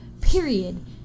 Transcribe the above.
Period